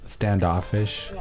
standoffish